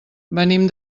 venim